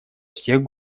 всех